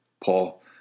Paul